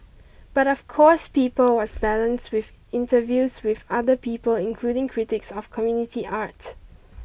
but of course people was balanced with interviews with other people including critics of community art